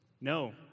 No